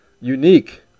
unique